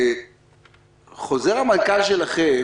בחוזר המנכ"ל שלכם